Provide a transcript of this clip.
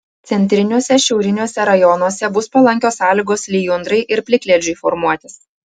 centriniuose šiauriniuose rajonuose bus palankios sąlygos lijundrai ir plikledžiui formuotis